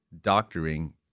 doctoring